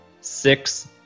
six